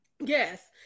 Yes